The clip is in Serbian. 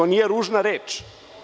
To nije ružna reč.